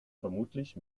vermutlich